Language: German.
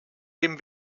dem